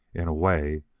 in a way,